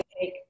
take